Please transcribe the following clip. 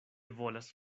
volas